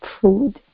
food